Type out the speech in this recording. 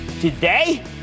Today